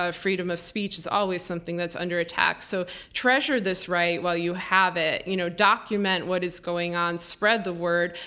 ah freedom of speech is always something that's under attack. so treasure this while you have it, you know document what is going on, spread the word,